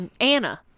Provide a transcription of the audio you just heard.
Anna